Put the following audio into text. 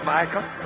Michael